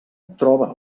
troba